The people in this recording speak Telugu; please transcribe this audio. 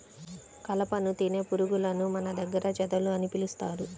కలపను తినే పురుగులను మన దగ్గర చెదలు అని పిలుస్తారు